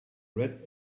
red